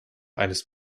eines